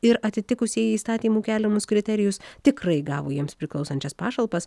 ir atitikusieji įstatymų keliamus kriterijus tikrai gavo jiems priklausančias pašalpas